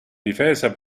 difesa